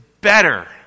better